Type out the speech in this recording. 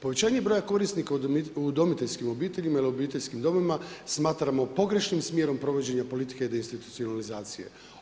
Povećanje broja korisnika u udomiteljskim obiteljima ili obiteljskim domovima smatramo pogrešnim smjerom provođenja politike deinstitucionalizacije.